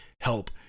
help